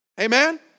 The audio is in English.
Amen